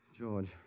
George